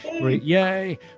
yay